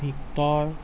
victor